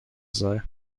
sei